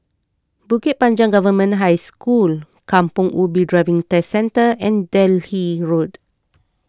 Bukit Panjang Government High School Kampong Ubi Driving Test Centre and Delhi Road